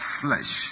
flesh